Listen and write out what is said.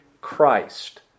Christ